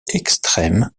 extrême